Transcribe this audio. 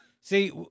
see